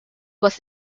was